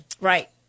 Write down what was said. Right